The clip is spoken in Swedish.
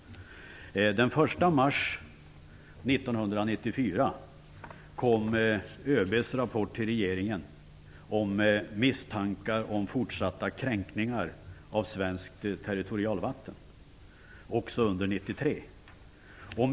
Den 1 mars 1994 kom ÖB:s rapport till regeringen om misstankar om fortsatta kränkningar av svenskt territorialvatten också under 1993.